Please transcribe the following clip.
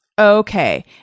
Okay